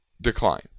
decline